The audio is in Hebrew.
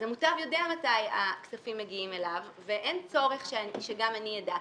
אז המוטב יודע מתי הכספים מגיעים ואין צורך שגם אני אדע,